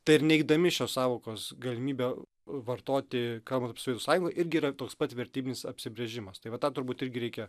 tai ir neigdami šios sąvokos galimybę vartoti kalbant apie sovietų sąjungą irgi yra toks pat vertybinis apsibrėžimas tai va tą turbūt irgi reikia